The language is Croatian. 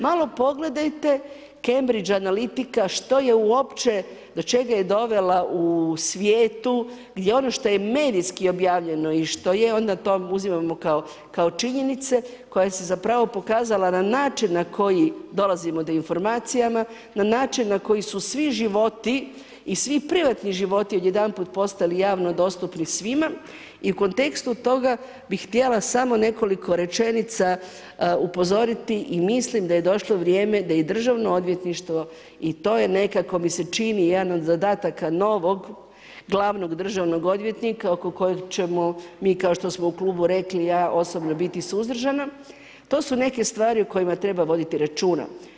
Malo pogledajte Cambridge analitika do čega je dovela u svijetu gdje ono što je medijski objavljeno i što je onda to uzimamo kao činjenica koje se zapravo pokazala na način na koji dolazimo do informacija, na način na koji su svi životi i svi privatni životi odjedanput postali javno dostupni svima i u kontekstu toga bi htjela samo nekoliko rečenica upozoriti i mislim da je došlo vrijeme da i državno odvjetništvo i to je nekako mi se čini jedan od zadataka novog glavnog državnog odvjetnika oko kojeg ćemo mi kao što smo u klubu rekli i ja osobno biti suzdržana, to su neke stvari o kojima treba voditi računa.